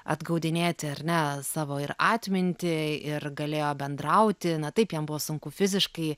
apgaudinėti ar ne savo ir atmintį ir galėjo bendrauti na taip jam buvo sunku fiziškai